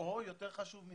או יותר חשוב מזה,